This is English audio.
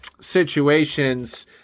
situations